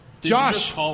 Josh